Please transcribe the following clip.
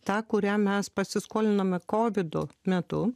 tą kuriam mes pasiskolinome kovido metu